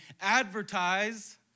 advertise